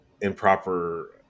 improper